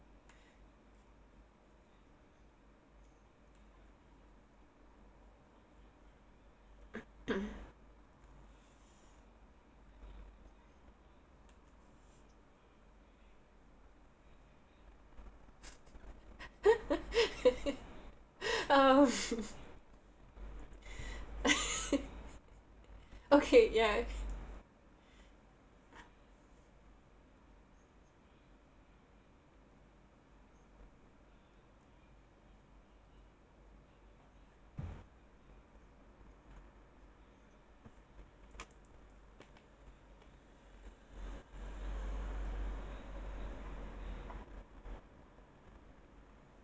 um okay ya